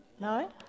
No